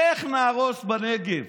איך נהרוס בנגב?